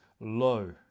low